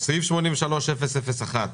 סעיף 83-001,